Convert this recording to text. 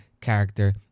character